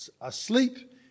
asleep